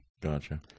Gotcha